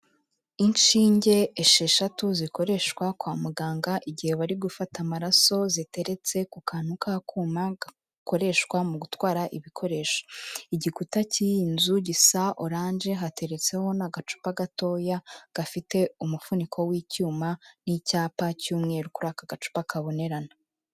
Inshinge esheshatu zikoreshwa kwa muganga igihe bari gufata amaraso ziteretse ku kantu k'akuma gakoreshwa mu gutwara ibikoresho. Igikuta cy'iyi nzu gisa oranje, hateretseho n'agacupa gatoya gafite umufuniko w'icyuma n'icyapa cy'umweru kuri aka gacupa kabonerana.